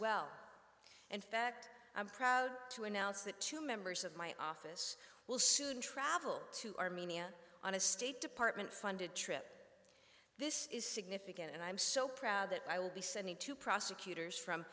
well in fact i'm proud to announce that two members of my office will soon travel to armenia on a state department funded trip this is significant and i'm so proud that i will be sending to prosecutors from